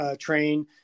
train